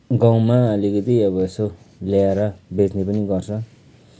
गाउँमा अलिकति अब यसो ल्याएर बेच्ने पनि गर्छ